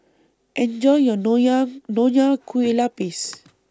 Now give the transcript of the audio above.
Enjoy your Nonya Nonya Kueh Lapis